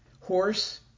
Horse